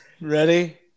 Ready